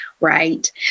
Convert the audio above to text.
Right